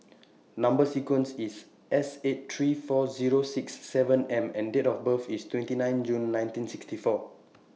Number sequence IS S eight three four Zero six seven nine M and Date of birth IS twenty nine June nineteen sixty four